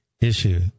issue